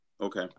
Okay